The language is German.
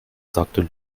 sagte